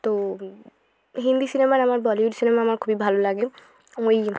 তো হিন্দি সিনেমার আমার বলিউড সিনেমা আমার খুবই ভালো লাগে ওই